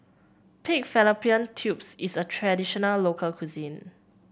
Pig Fallopian Tubes is a traditional local cuisine